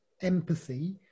empathy